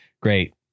great